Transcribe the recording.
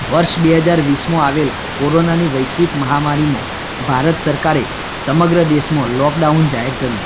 વર્ષ બે હજાર વીસમાં આવેલ કોરોનાની વૈશ્વિક મહામારીમાં ભારત સરકારે સમર્ગ દેશમાં લોકડાઉન જાહેર કર્યું